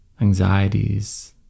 anxieties